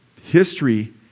history